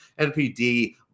NPD